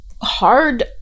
hard